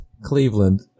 Cleveland